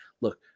Look